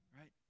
right